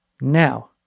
now